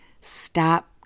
Stop